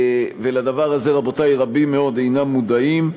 ולדבר הזה, רבותי, רבים מאוד אינם מודעים.